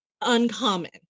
uncommon